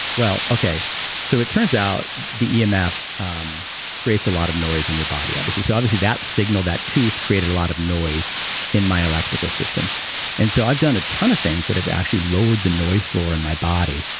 well, okay so it turns out the emf um creates a lot of noise in your body, obviously. so obviously that signal, that tooth, created a lot of noise in my electrical system and so, i've done a ton of things that have actually lowered the noise floor in my body,